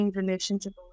relationship